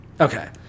Okay